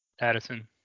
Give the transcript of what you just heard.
Addison